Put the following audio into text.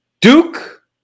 duke